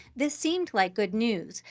this seemed like good news.